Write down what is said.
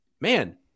man